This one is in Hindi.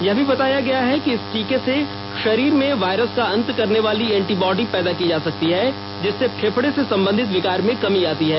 यह भी बताया गया है कि इस टीके से शरीर में वायरस का अंत करने वाली एंटीबॉडी पैदा की जा सकती हैं जिससे फेफड़े से संबंधित विकार में कमी आती है